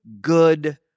good